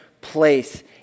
place